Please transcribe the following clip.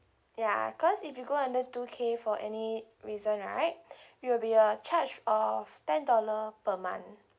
ya cause if you go under two K for any reason right it'll be a charge of ten dollar per month